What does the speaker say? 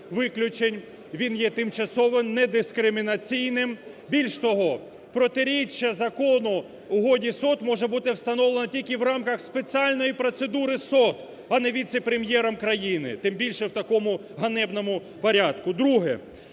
він є тимчасово недискримінаційним. Більш того, протиріччя закону Угоді СОТ може бути встановлено тільки в рамках спеціальної процедури СОТ, а не віце-прем'єром країни, тим більше, в такому ганебному порядку.